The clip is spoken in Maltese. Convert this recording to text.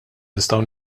nistgħu